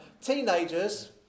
Teenagers